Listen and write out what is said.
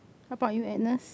how about you Agnes